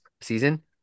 season